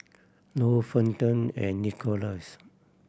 Lou Fenton and Nicholaus